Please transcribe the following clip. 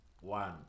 one